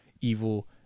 evil